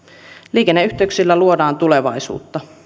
liikenneyhteyksillä luodaan tulevaisuutta